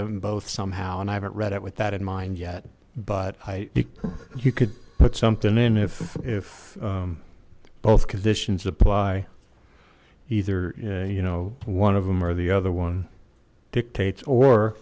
them both somehow and i haven't read it with that in mind yet but i you could put something in if if both conditions apply either you know one of them or the other one dictates or